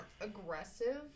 aggressive